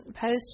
Post